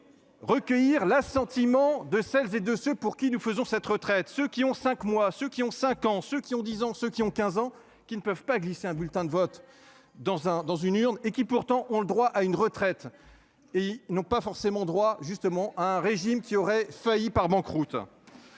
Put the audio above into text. Recueillir l'assentiment de celles et de ceux pour qui nous faisons cette retraite, ceux qui ont cinq mois, ceux qui ont 5 ans ceux qui ont 10 ans ceux qui ont 15 ans qui ne peuvent pas glisser un bulletin de vote dans un dans une urne et qui pourtant ont le droit à une retraite. Et ils n'ont pas forcément droit justement un régime qui auraient failli par banqueroute.